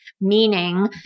meaning